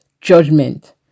judgment